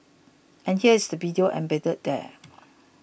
and here is the video embedded there